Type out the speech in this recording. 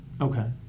Okay